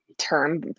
term